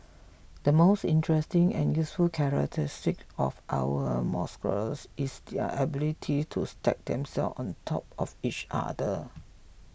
the most interesting and useful characteristic of our molecules is their ability to stack themselves on top of each other